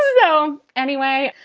know anyway,